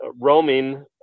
roaming